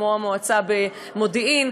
כמו המועצה במודיעין,